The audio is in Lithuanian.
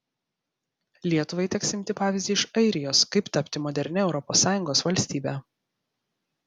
lietuvai teks imti pavyzdį iš airijos kaip tapti modernia europos sąjungos valstybe